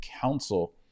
council